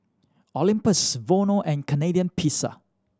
Olympus Vono and Canadian Pizza